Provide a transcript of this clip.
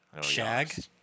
Shag